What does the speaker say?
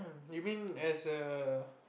you mean as a